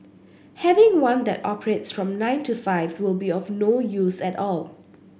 having one that operates from nine to five will be of no use at all